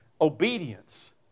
obedience